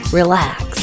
relax